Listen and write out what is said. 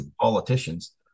politicians